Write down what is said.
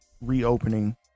Reopening